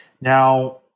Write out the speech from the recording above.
Now